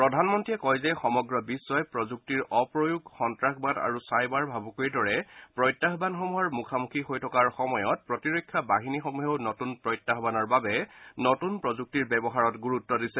প্ৰধানমন্ত্ৰীয়ে কয় যে সমগ্ৰ বিশ্বই প্ৰযুক্তিৰ অপ্ৰয়োগ সংজ্ঞাসবাদ আৰু চাইবাৰ ভাবুকিৰ দৰে প্ৰত্যাহ্বানসমূহৰ মুখামুখী হৈ থকাৰ সময়ত প্ৰতিৰক্ষা বাহিনীসমূহেও নতুন প্ৰত্যায়ানৰ বাবে নতুন প্ৰযুক্তিৰ ব্যৱহাৰত গুৰুত দিছে